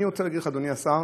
אני רוצה להגיד לך, אדוני השר,